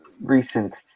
recent